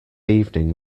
evening